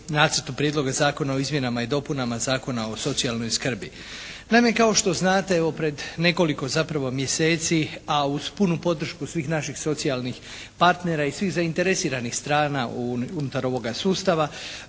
Nacrtu prijedloga Zakona o izmjenama i dopunama Zakona o socijalnoj skrbi. Naime kao što znate evo pred nekoliko zapravo mjeseci, a uz punu podršku svih naših socijalnih partnera i svih zainteresiranih strana unutar ovoga sustava